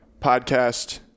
podcast